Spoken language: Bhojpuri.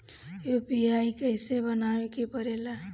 यू.पी.आई कइसे बनावे के परेला?